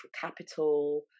capital